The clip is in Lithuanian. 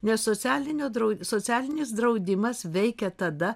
nes socialinio drau socialinis draudimas veikia tada